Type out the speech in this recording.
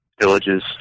villages